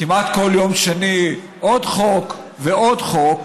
כמעט כל יום שני, עוד חוק ועוד חוק,